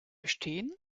bestehen